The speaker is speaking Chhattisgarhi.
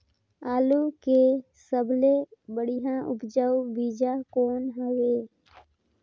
आलू के सबले बढ़िया उपजाऊ बीजा कौन हवय?